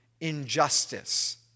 injustice